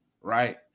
right